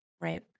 Right